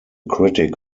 critic